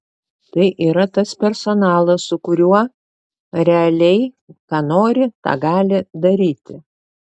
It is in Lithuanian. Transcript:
tai yra tas personalas su kuriuo realiai ką nori tą gali daryti